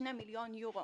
כ-2 מיליון יורו